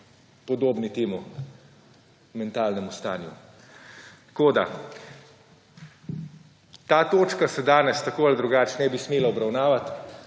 podobni temu mentalnemu stanju. Tako da, ta točka se danes tako ali drugače ne bi smela obravnavati.